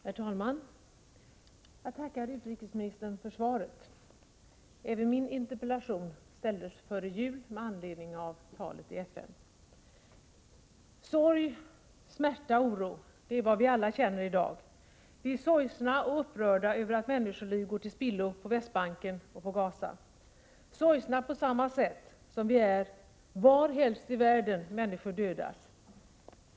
Herr talman! Jag tackar utrikesministern för svaret. Även min interpellation ställdes med anledning av talet i FN före jul. Sorg, smärta, oro. Det är vad vi alla känner i dag. Vi är sorgsna och upprörda över att människoliv går till spillo på Västbanken och i Gaza, sorgsna på samma sätt som vi är var helst i världen människor dödas.